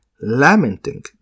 lamenting